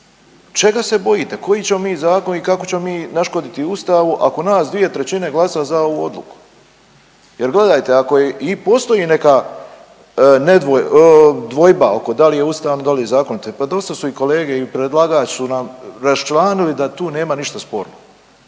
čega se bojite, koji ćemo mi zakon i kako ćemo mi naškoditi Ustavu, ako nas 2/3 glasa za ovu odluku. Jer gledajte i ako postoji neka dvojba oko da li je ustavno, da li je zakonito pa dosta su i kolege i predlagač su nam raščlanili da tu nema ništa sporno.